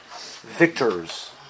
victors